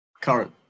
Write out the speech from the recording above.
Current